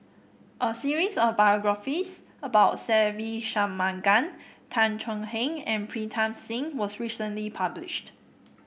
a series of biographies about Se Ve Shanmugam Tan Thuan Heng and Pritam Singh was recently published